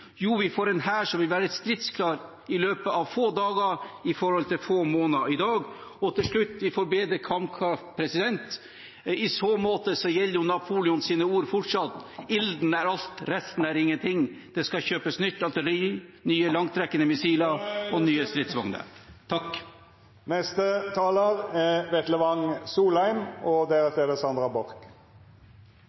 Jo, vi får en hær som vil være stridsklar i løpet av få dager, i forhold til få måneder i dag. Og, til slutt, vi får bedre kampkraft. I så måte gjelder Napoleons ord fortsatt: Ilden er alt, resten er ingenting. Det skal kjøpes nytt artilleri, nye langtrekkende missiler og nye stridsvogner. Å forsvare landet er statens viktigste oppgave. Derfor er det bra at den løses av denne regjeringen. Ved inngangen til denne perioden er det